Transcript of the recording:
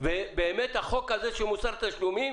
ובאמת החוק הזה של מוסר תשלומים